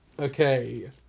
Okay